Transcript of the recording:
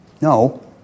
no